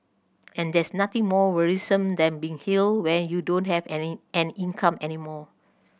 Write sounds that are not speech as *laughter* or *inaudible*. and there's nothing more worrisome than being ill when you don't have *unintelligible* an income any more